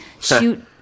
shoot